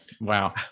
Wow